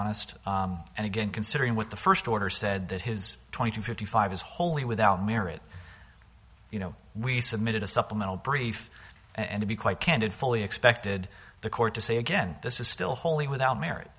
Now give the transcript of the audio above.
honest and again considering what the first order said that his twenty two fifty five is wholly without merit you know we submitted a supplemental brief and to be quite candid fully expected the court to say again this is still wholly without m